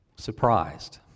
Surprised